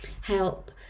help